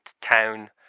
town